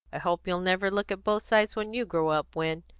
i hope you'll never look at both sides when you grow up, win.